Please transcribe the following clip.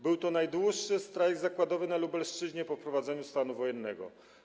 Był to najdłuższy strajk zakładowy na Lubelszczyźnie po wprowadzeniu stanu wojennego.